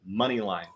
Moneyline